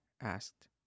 asked